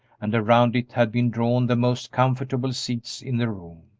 and around it had been drawn the most comfortable seats in the room.